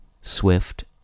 Swift